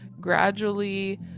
gradually